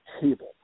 table